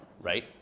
right